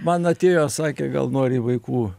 man atėjo sakė gal nori į vaikų